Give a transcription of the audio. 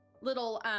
Little